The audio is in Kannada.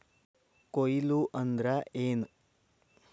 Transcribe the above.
ಕೊಯ್ಲು ಅಂದ್ರ ಏನ್?